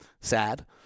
sad